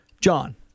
John